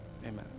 Amen